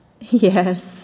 Yes